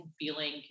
feeling